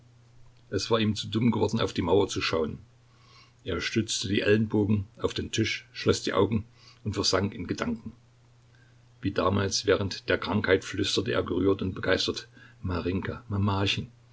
es war ihm zu dumm geworden auf die mauer zu schauen er stützte die ellenbogen auf den tisch schloß die augen und versank in gedanken wie damals während der krankheit flüsterte er gerührt und begeistert